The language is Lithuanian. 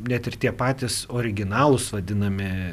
net ir tie patys originalūs vadinami